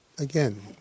Again